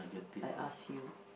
I ask you